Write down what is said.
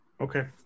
Okay